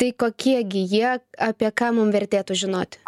tai kokie gi jie apie ką mum vertėtų žinoti